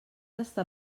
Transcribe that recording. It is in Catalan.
estar